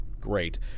great